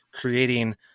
creating